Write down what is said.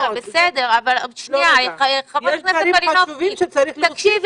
יש דברים חשובים שצריך להוסיף.